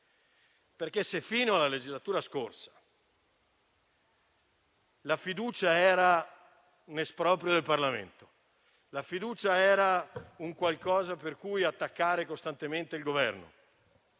Se infatti fino alla legislatura scorsa la fiducia era un esproprio del Parlamento e qualcosa per cui attaccare costantemente il Governo